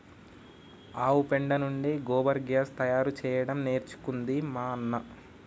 ఆవు పెండ నుండి గోబర్ గ్యాస్ తయారు చేయడం నేర్చుకుంది మా అన్న